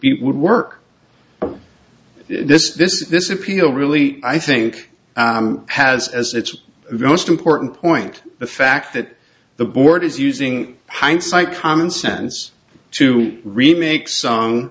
be would work this this this appeal really i think has as its most important point the fact that the board is using hindsight common sense to remake sung